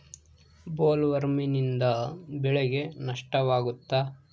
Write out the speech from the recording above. ಬೊಲ್ವರ್ಮ್ನಿಂದ ಬೆಳೆಗೆ ನಷ್ಟವಾಗುತ್ತ?